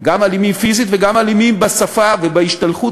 גם האלימים פיזית וגם האלימים בשפה ובהשתלחות,